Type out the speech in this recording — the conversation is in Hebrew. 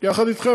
יחד אתכם,